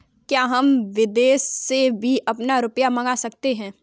क्या हम विदेश से भी अपना रुपया मंगा सकते हैं?